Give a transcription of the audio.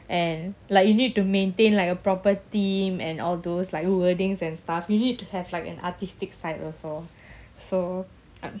and like you need to maintain like a proper theme and all those like wordings and stuff you need to have like an artistic side also so